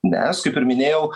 nes kaip ir minėjau